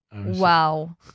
Wow